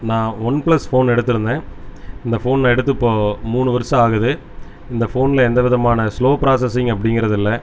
நான் OnePlus phone எடுத்துருந்தேன் இந்த ஃபோன் எடுத்து இப்போது மூணு வருஷம் ஆகுது இந்த ஃபோனில் எந்தவிதமான ஸ்லோ ப்ராசஸிங் அப்படிங்கிறது இல்லை